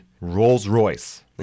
Rolls-Royce